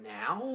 now